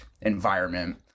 environment